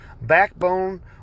backbone